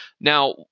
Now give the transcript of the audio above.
Now